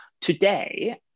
today